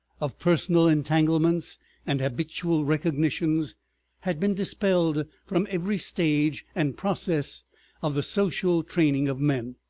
of personal entanglements and habitual recognitions had been dispelled from every stage and process of the social training of men.